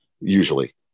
usually